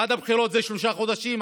עד הבחירות זה שלושה חודשים,